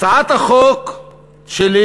הצעת החוק שלי